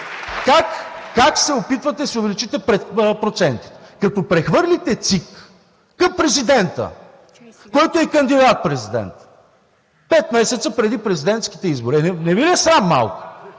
Как се опитвате да си увеличите процентите? Като прехвърлите ЦИК към президента, който е кандидат-президент, пет месеца преди президентските избори. Не Ви ли е срам малко?